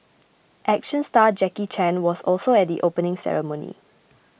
action star Jackie Chan was also at the opening ceremony